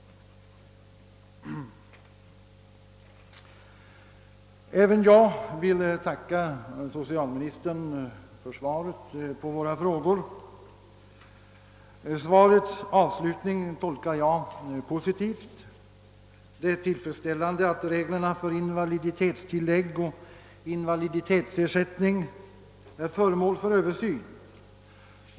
Även jag tackar socialministern för det svar han här lämnat och vars avslutning jag tolkar positivt. Det är myc ket tillfredsställande att reglerna för invaliditetstillägg och invaliditetsersättning är föremål för översyn.